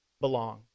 belong